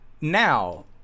now